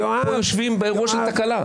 אנחנו יושבים כאן באירוע של תקלה.